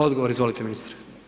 Odgovor izvolite ministre.